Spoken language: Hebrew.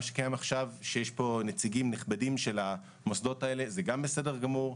מה שקיים עכשיו שיש פה נציגים נכבדים של המוסדות האלה זה גם בסדר גמור.